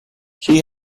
she